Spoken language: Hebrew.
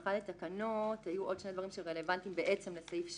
ההסמכה לתקנות היו עוד שני דברים שהם רלוונטיים לסעיף 8: